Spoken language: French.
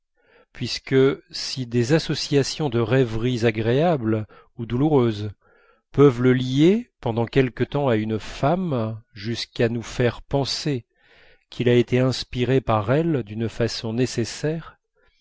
puisque si des associations de rêveries agréables ou douloureuses peuvent le lier pendant quelque temps à une femme jusqu'à nous faire penser qu'il a été inspiré par elle d'une façon nécessaire